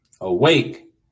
Awake